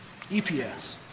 EPS